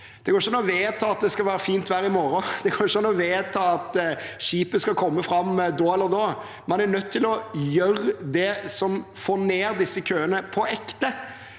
Det går ikke an å vedta at det skal være fint vær i morgen. Det går ikke an å vedta at skipet skal komme fram da eller da. Man er nødt til å gjøre det som får ned disse køene på ekte.